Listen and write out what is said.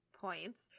points